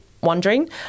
wondering